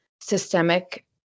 systemic